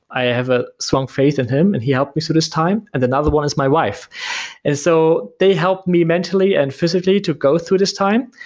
i have a strong faith in him and he helped me through so this time and another one is my wife and so they helped me mentally and physically to go through this time.